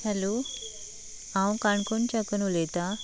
hello हांव काणकोणच्याकून उलयतां